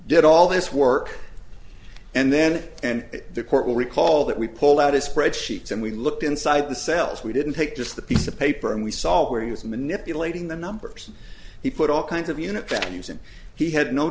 did all this work and then and the court will recall that we pulled out his spreadsheets and we looked inside the cells we didn't take just the piece of paper and we saw where he was manipulating the numbers he put all kinds of unit values and he had no